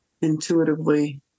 intuitively